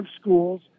schools